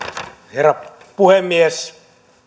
herra puhemies